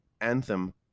Anthem